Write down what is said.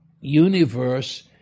universe